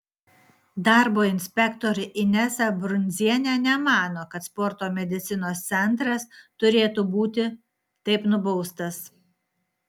darbo inspektorė inesa brundzienė nemano kad sporto medicinos centras turėtų būti taip nubaustas